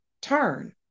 turn